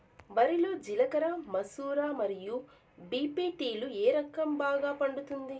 వరి లో జిలకర మసూర మరియు బీ.పీ.టీ లు ఏ రకం బాగా పండుతుంది